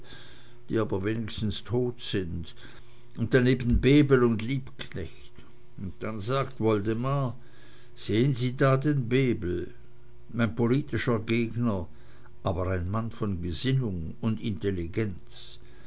die aber wenigstens tot sind und daneben bebel und liebknecht und dann sagt woldemar sehen sie da den bebel mein politischer gegner aber ein mann von gesinnung und intelligenz